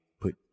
put